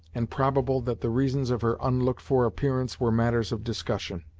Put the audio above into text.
and probable that the reasons of her unlooked-for appearance were matters of discussion.